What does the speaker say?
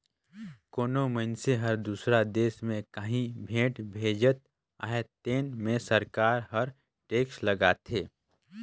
कोनो मइनसे हर दूसर देस में काहीं भेंट भेजत अहे तेन में सरकार हर टेक्स लगाथे